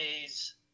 day's